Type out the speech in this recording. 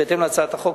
בהתאם להצעת החוק,